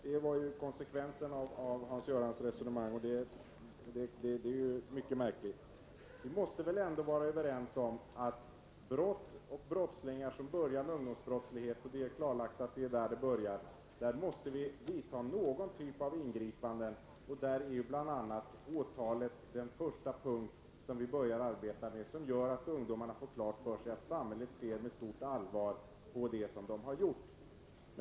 Det är ju konsekvensen av hans resonemang, och det är mycket märkligt. Vi måste väl ändå vara överens om att när det gäller brottslighet — och att den börjar med ungdomsbrottslighet är klarlagt — måste vi göra någon typ av ingripande. Då är åtalet den första punkt som vi börjar arbeta med för att ungdomarna skall få klart för sig att samhället ser med stort allvar på det som de har gjort.